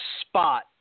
spot